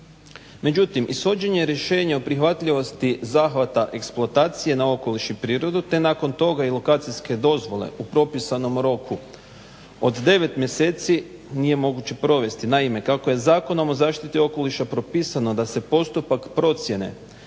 Međutim ishođenje rješenja o prihvatljivosti zahvata eksploatacije na okoliš i prirodu te nakon toga i lokacijske dozvole u propisanom roku od 9 mjeseci nije moguće provesti. Naime, kako je Zakonom o zaštiti okoliša propisano da se postupak procjene